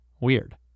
Weird